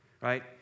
right